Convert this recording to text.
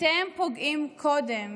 אתם פוגעים קודם